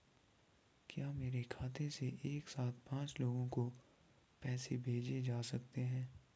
क्या मेरे खाते से एक साथ पांच लोगों को पैसे भेजे जा सकते हैं?